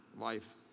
life